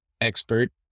expert